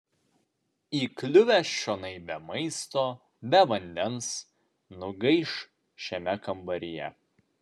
įkliuvęs čionai be maisto be vandens nugaiš šiame kambaryje